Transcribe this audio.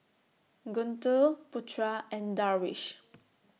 Guntur Putra and Darwish